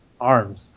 arms